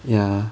ya